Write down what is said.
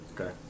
Okay